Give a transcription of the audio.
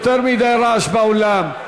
יותר מדי רעש באולם.